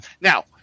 Now